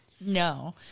No